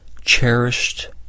cherished